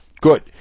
Good